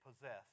possess